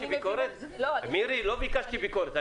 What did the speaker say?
לא ביקשתי ביקורת.